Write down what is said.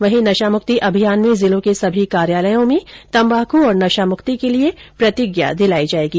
वहीं नशामुक्ति अभियान में जिलों के सभी कार्यालयों में तंबाकू और नशामुक्ति के लिये प्रतिज्ञा दिलाई जायेगी